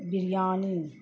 biryani